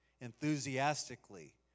enthusiastically